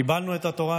קיבלנו את התורה,